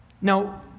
Now